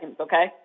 okay